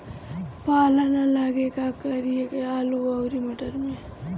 पाला न लागे का कयिल जा आलू औरी मटर मैं?